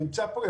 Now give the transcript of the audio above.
שנמצא פה,